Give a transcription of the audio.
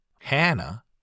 Hannah